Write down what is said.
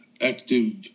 active